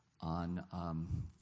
on